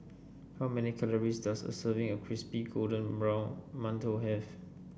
how many calories does a serving of Crispy Golden Brown Mantou have